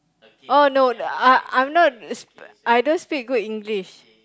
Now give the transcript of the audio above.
oh no I I am not I don't speak good English